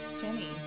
Jenny